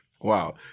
Wow